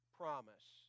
promise